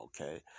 okay